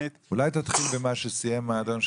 אולי תתחיל במה שסיים האדון,